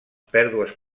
pèrdues